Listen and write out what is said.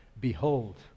Behold